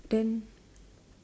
ten